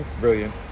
brilliant